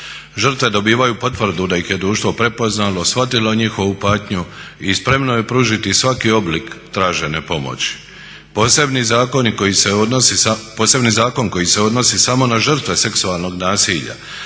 Žrtve dobivaju potvrdu da ih je društvo prepoznalo, shvatilo njihovu patnju i spremno je pružiti svaki oblik tražene pomoći. Posebni zakon koji se odnosi samo na žrtve seksualnog nasilja